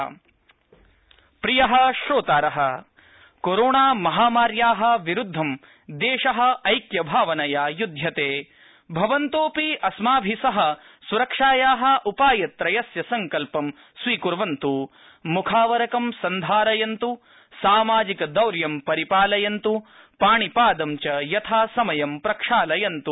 Covid opening कोरोणामहामार्या विरुद्धं दृष्टी ऐक्यभावनया युद्ध्यत भवन्तोऽपि अस्माभि सह सुरक्षाया उपायत्रयस्य सड़कल्पं स्वीकुर्वन्तु मुखावरकं सन्धारयन्त् सामाजिकदौर्यं परिपालयन्त् पाणिपादं च यथासमयं प्रक्षालयन्त्